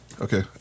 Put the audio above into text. Okay